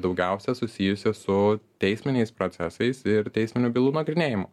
daugiausiai susijusi su teisminiais procesais ir teisminių bylų nagrinėjimu